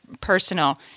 personal